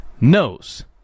knows